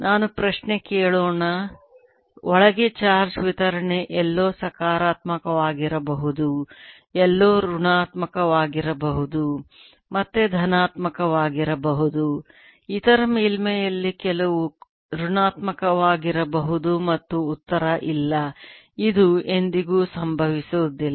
ನಾನು ಪ್ರಶ್ನೆ ಕೇಳೋಣ ಒಳಗೆ ಚಾರ್ಜ್ ವಿತರಣೆ ಎಲ್ಲೋ ಸಕಾರಾತ್ಮಕವಾಗಿರಬಹುದು ಎಲ್ಲೋ ಋಣಾತ್ಮಕವಾಗಿರಬಹುದು ಮತ್ತೆ ಧನಾತ್ಮಕವಾಗಿರಬಹುದು ಇತರ ಮೇಲ್ಮೈಯಲ್ಲಿ ಕೆಲವು ಋಣಾತ್ಮಕವಾಗಿರಬಹುದು ಮತ್ತು ಉತ್ತರ ಇಲ್ಲ ಇದು ಎಂದಿಗೂ ಸಂಭವಿಸುವುದಿಲ್ಲ